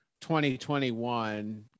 2021